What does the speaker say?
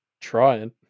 trying